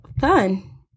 fun